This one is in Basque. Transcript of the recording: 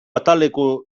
ataleko